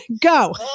Go